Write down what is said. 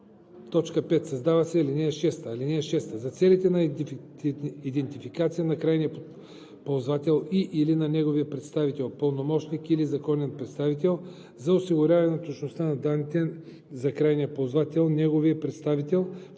5. Създава се ал. 6: „(6) За целите на идентификация на крайния ползвател и/или на неговия представител (пълномощник или законен представител), за осигуряване на точността на данните за крайния ползвател/неговия представител,